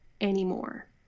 anymore